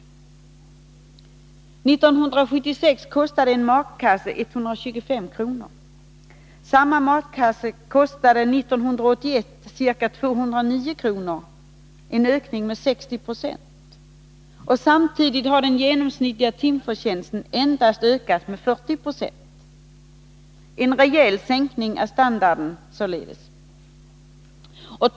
1976 kostade en matkasse 125 kr. Samma matkasse kostade 1981 ca 209 kr., en ökning med 60 96. Samtidigt har den genomsnittliga timförtjänsten endast ökat med 40 96, en rejäl sänkning av standarden således.